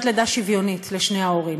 אני רוצה חופשת לידה שוויונית לשני ההורים,